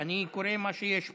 אני קורא מה שיש פה.